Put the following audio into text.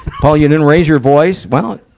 paul, you didn't raise your voice. well,